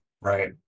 right